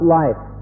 life